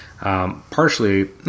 partially